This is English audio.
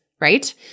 right